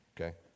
okay